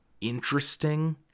interesting